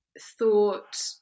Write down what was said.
thought